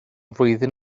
flwyddyn